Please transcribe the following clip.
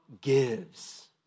Gives